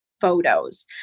photos